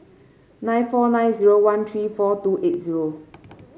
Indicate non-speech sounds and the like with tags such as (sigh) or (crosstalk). nine four nine zero one three four two eight zero (noise)